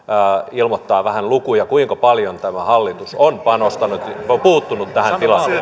ilmoittaa vähän lukuja kuinka paljon tämä hallitus on panostanut ja puuttunut tähän